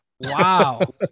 wow